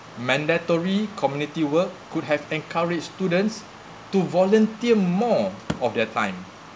mandatory community work could have encouraged students to volunteer more of their time